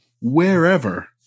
wherever